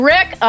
Rick